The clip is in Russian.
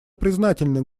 признательны